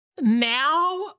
now